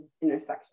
intersection